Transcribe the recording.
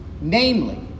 Namely